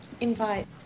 invite